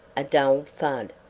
a dull thud,